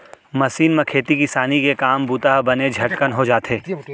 machine म खेती किसानी के काम बूता ह बने झटकन हो जाथे